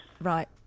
Right